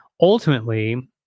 ultimately